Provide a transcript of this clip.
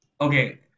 Okay